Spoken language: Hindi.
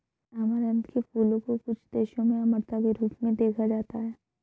ऐमारैंथ के फूलों को कुछ देशों में अमरता के रूप में देखा जाता है